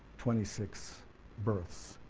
twenty six births,